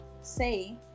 say